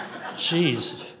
Jeez